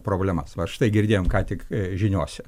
problemas va štai girdėjom ką tik žiniose